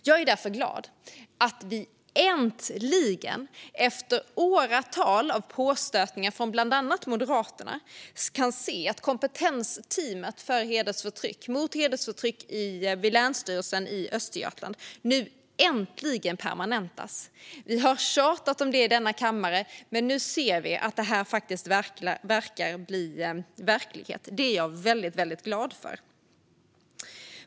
Jag är därför glad för att vi äntligen, efter åratal av påstötningar från bland annat Moderaterna, kan se att kompetensteamet mot hedersförtryck vid Länsstyrelsen i Östergötland nu permanentas. Vi har tjatat om det i denna kammare, men nu ser vi att det faktiskt verkar bli verklighet. Det är jag väldigt glad för.